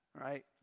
Right